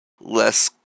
less